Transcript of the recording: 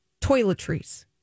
toiletries